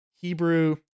Hebrew